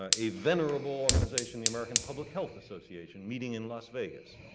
ah a venerable organization, the american public health association meeting in las vegas,